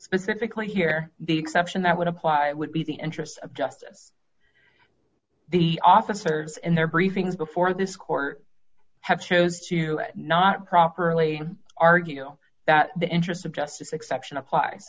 specifically here the exception that would apply would be the interests of justice the officers in their briefings before this court have chose to not properly argue that the interests of justice exception appl